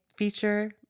feature